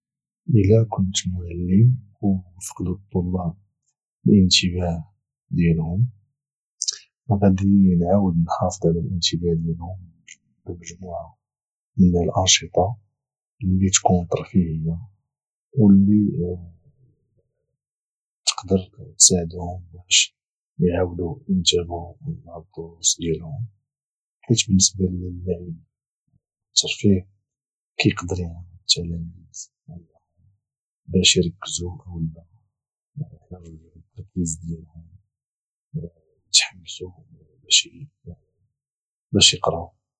الى كنت معلم او فقدو الطلاب الإنتباه ديالهم غادي نعاود نحافض على الإنتباه ديالهم بمجموعة من الأنشطة اللي تكون ترفيهية او اللي قدر تساعدهم باش اعاودو انتابهو مع الدروس ديالهم حيت بالنسبة ليا اللعب والترفيه كيقدر اعاون التلاميد انهم باش اركرزو اولى ارجعو التركيز ديالهم واتحمسو باش اقراو